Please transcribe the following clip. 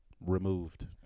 removed